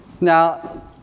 Now